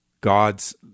God's